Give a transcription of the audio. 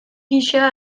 gisa